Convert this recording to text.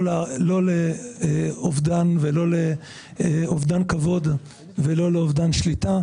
לא לאובדן כבוד ולא לאובדן שליטה.